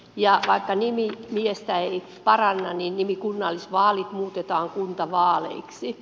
vaikka nimi miestä ei paranna niin nimi kunnallisvaalit muutetaan kuntavaaleiksi